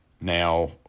Now